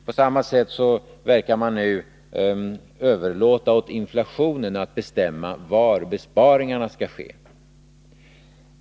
På samma sätt verkar socialdemokraterna nu överlåta åt inflationen att bestämma var besparingarna skall ske.